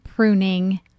pruning